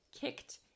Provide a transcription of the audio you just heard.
kicked